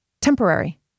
temporary